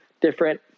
different